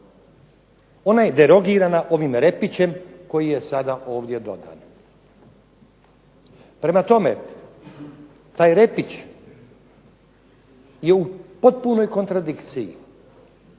Ona je derogirana ovim repićem koji je sada ovdje dodan. Prema tome taj repić je u potpunoj kontradikciji